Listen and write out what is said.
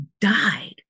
died